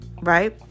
right